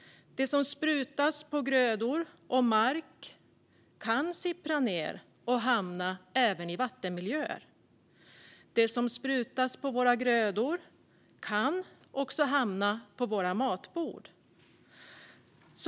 Det som sprutas på grödor och mark kan sippra ned och hamna i vattenmiljöer. Det som sprutas på våra grödor kan också hamna på vårt matbord.